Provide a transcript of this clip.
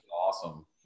awesome